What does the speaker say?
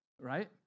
right